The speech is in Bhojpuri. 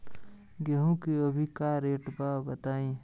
गेहूं के अभी का रेट बा बताई?